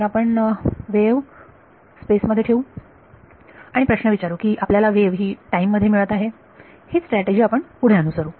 तर आपण wave space मध्ये ठेवू आणि प्रश्न विचारू की आपल्याला वेव्ह ही टाईम मध्ये मिळत आहे हीच स्ट्रॅटेजी आपण पुढे अनुसरू